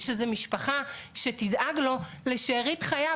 שזאת משפחה שתדאג לו לשארית חייו.